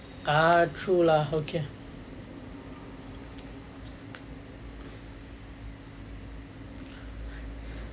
ah true lah okay